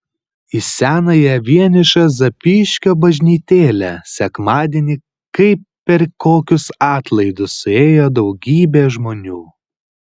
į senąją vienišą zapyškio bažnytėlę sekmadienį kaip per kokius atlaidus suėjo daugybė žmonių